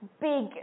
big